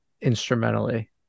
instrumentally